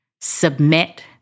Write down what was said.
submit